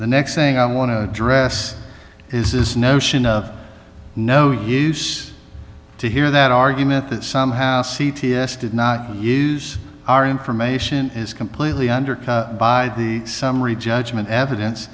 the next thing i want to address is this notion of no use to hear that argument that somehow c t s did not use our information is completely undercut by the summary judgment evidence